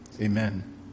amen